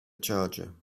charger